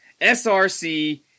SRC